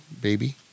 baby